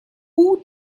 who